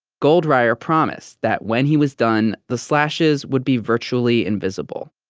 goldreyer promised that when he was done, the slashes would be virtually invisible.